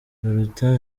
biruta